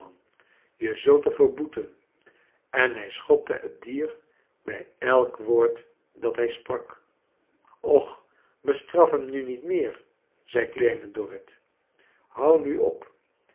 je zult er voor boeten en hij schopte het dier bij elk woord dat hij sprak och bestraf hem nu niet meer zei kleine dorrit houd nuap